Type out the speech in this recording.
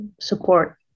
support